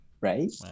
right